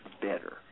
better